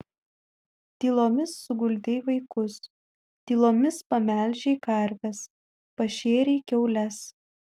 tylomis suguldei vaikus tylomis pamelžei karves pašėrei kiaules